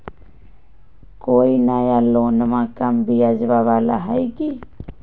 कोइ नया लोनमा कम ब्याजवा वाला हय की?